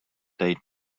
date